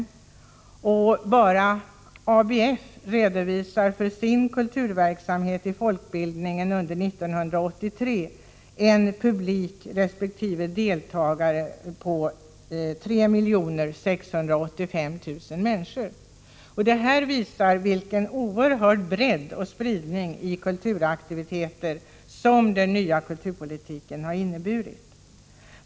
Som exempel kan nämnas att ABF redovisar att dess kulturverksamhet i folkbildningen under 1983 redovisat 3 685 000 i publikoch deltagarsiffror. Det här visar vilken oerhörd bredd och spridning av kulturaktiviteter som den nya kulturpolitiken har inneburit.